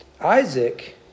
Isaac